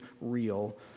real